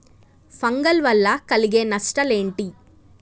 Fungal వల్ల కలిగే నష్టలేంటి?